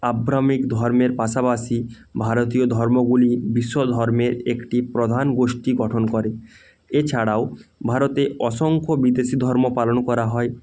Abrahamic ধর্মের পাশাপাশি ভারতীয় ধর্মগুলি বিশ্ব ধর্মের একটি প্রধান গোষ্ঠী গঠন করে এছাড়াও ভারতে অসংখ্য বিদেশি ধর্ম পালন করা হয়